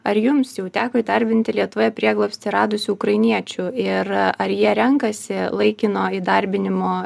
ar jums jau teko įdarbinti lietuvoje prieglobstį radusių ukrainiečių ir ar jie renkasi laikino įdarbinimo